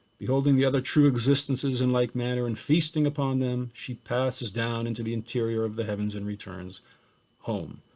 beholding the other true existences and like matter, and feasting upon them, she passes down into the interior of the heavens and returns home.